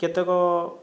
କେତେକ